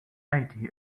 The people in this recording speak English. idea